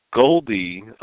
Goldie